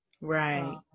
Right